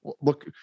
look